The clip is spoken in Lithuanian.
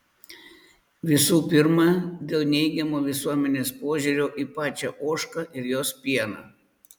visų pirma dėl neigiamo visuomenės požiūrio į pačią ožką ir jos pieną